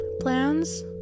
Plans